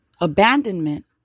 Abandonment